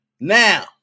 Now